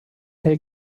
hell